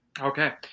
Okay